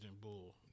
Bull